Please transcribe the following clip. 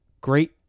Great